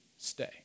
stay